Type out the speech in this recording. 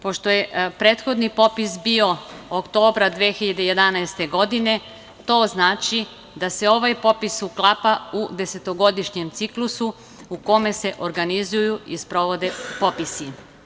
Pošto je prethodni popis bio oktobra 2011. godine to znači da se ovaj popis uklapa u desetogodišnji ciklus u kome se organizuju i sprovode popisi.